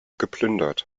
geplündert